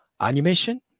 animation